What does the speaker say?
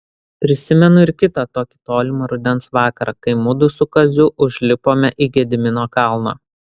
prisimenu ir kitą tokį tolimą rudens vakarą kai mudu su kaziu užlipome į gedimino kalną